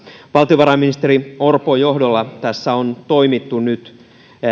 valtiovarainministeri orpon johdolla tässä on toimittu nyt